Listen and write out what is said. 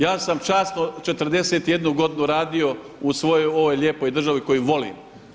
Ja sam časno 41 godinu radi u svojoj ovoj lijepoj državi koju volim.